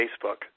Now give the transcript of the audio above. Facebook